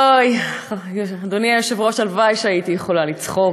אוי, אדוני היושב-ראש, הלוואי שהייתי יכולה לצחוק.